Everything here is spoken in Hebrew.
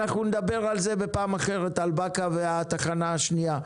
אנחנו נדבר פעם אחרת על באקה והתחנה השנייה.